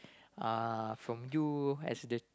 uh from you as the